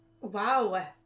wow